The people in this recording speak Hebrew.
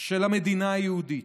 של המדינה היהודית,